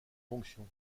fonction